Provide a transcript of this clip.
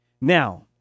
Now